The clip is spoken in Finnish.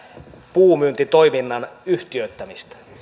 puunmyyntitoiminnan yhtiöittämistä